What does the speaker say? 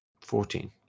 Fourteen